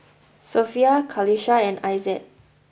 Sofea Qalisha and Aizat